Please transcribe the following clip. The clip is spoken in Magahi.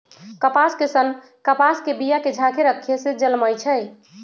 कपास के सन्न कपास के बिया के झाकेँ रक्खे से जलमइ छइ